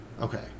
okay